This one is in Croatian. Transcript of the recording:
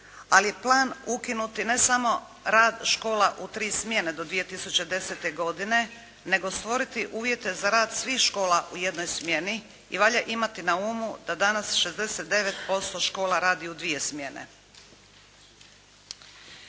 je plan ukinuti, ne samo rad škola u 3 smjene do 2010. godine, nego stvoriti uvjete za rad svih škola u jednoj smjeni i valja imati na umu da danas 69% škola radi u 2 smjene.